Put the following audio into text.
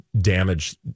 damage